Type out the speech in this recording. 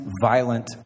violent